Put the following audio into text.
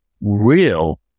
real